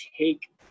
take